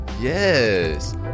Yes